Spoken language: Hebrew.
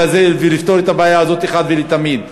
הזה כדי לפתור את הבעיה הזאת אחת ולתמיד.